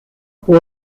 por